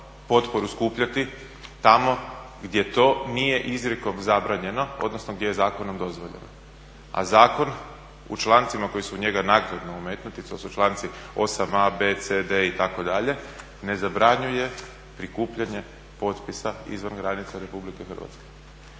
potporu skupljati tamo gdje to nije izrijekom zabranjeno, odnosno gdje je zakonom dozvoljeno. A zakon u člancima koji su u njega naknadno umetnuti, to su članci 8a., b, c, d itd. ne zabranjuje prikupljanje potpisa izvan granica Republike.